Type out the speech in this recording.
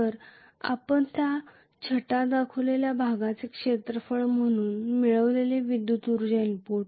तर आपण त्या छटा दाखविलेल्या भागाचे क्षेत्रफळ म्हणून मिळविलेले विद्युत ऊर्जा इनपुट